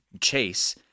chase